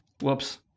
whoops